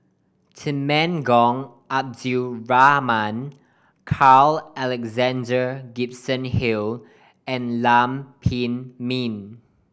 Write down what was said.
Temenggong Abdul Rahman Carl Alexander Gibson Hill and Lam Pin Min